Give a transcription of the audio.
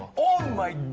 oh my